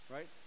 Right